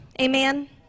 Amen